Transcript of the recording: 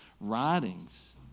writings